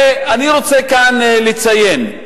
אני רוצה כאן לציין: